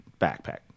backpack